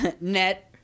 net